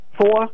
four